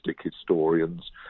historians